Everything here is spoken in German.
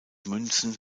münzen